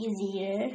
easier